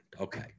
Okay